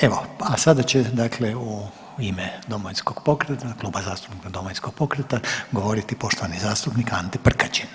Evo, a sada će dakle u ime Domovinskog pokreta, Kluba zastupnika Domovinskog pokreta govoriti poštovani zastupnik Ante Prkačin, izvolite.